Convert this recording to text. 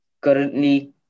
Currently